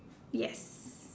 yes